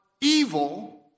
evil